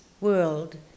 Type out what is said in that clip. world